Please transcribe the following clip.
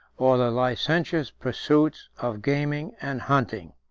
or the licentious pursuits of gaming and hunting.